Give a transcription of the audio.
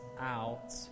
out